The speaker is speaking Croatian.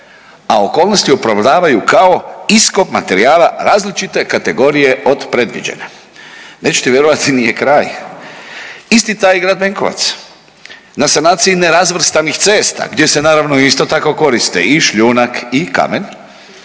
a okolnosti opravdavaju kao iskop materijala različite kategorije od predviđene. Nećete vjerovati nije kraj. Isti taj grad Benkovac na sanaciji nerazvrstanih cesta gdje se naravno isto tako koriste i šljunak i kamen